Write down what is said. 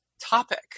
topic